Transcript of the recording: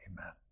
Amen